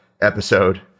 episode